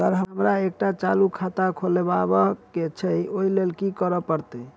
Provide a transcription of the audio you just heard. Sir हमरा एकटा चालू खाता खोलबाबह केँ छै ओई लेल की सब करऽ परतै?